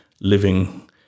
living